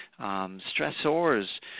Stressors